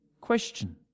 question